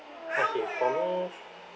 okay for me